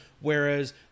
whereas